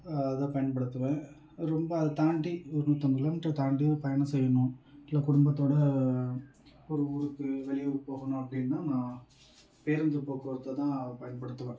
அதுதான் பயன்படுத்துவேன் அது ரொம்ப அது தாண்டி ஒரு நூற்றம்பது கிலோமீட்ரு தாண்டி பயணம் செய்யணும் இல்லை குடும்பத்தோடு ஒரு ஊருக்கு வெளியூர் போகணும் அப்படின்னா நான் பேருந்து போக்குவரத்தை தான் பயன்படுத்துவேன்